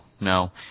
no